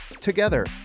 together